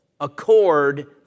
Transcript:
accord